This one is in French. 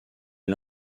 est